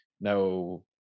no